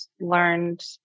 learned